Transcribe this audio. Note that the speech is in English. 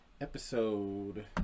episode